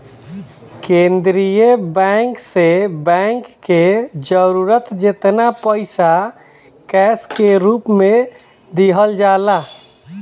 केंद्रीय बैंक से बैंक के जरूरत जेतना पईसा कैश के रूप में दिहल जाला